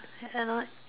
annoyed